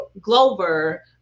Glover